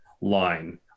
line